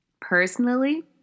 personally